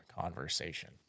conversation